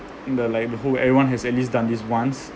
on the like the whole everyone has at least done this once